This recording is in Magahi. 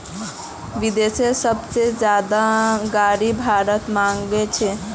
विदेश से सबसे ज्यादा गाडी भारत मंगा छे